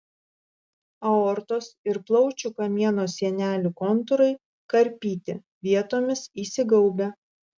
aortos ir plaučių kamieno sienelių kontūrai karpyti vietomis įsigaubę